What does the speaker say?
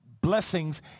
blessings